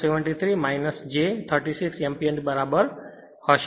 73 j 36 એમ્પીયરબરાબર હશે